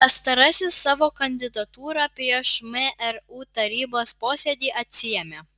pastarasis savo kandidatūrą prieš mru tarybos posėdį atsiėmė